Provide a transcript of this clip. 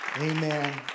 Amen